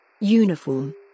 Uniform